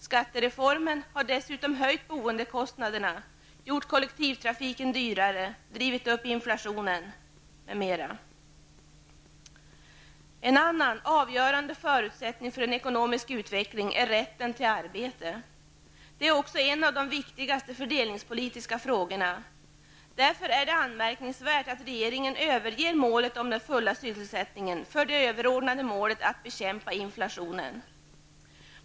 Skattereformen har dessutom höjt boendekostnaderna, gjort kollektivtrafiken dyrare och drivit upp inflationen. En annan avgörande förutsättning för en ekonomisk utveckling är rätten till arbete. Det är också en av de viktigaste fördelningspolitiska frågorna. Därför är det anmärkningsvärt att regeringen överger målet om den fulla sysselsättningen för det överordnade målet att bekämpa inflationen.